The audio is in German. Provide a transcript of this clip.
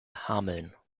hameln